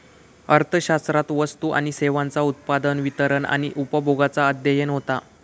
अर्थशास्त्रात वस्तू आणि सेवांचा उत्पादन, वितरण आणि उपभोगाचा अध्ययन होता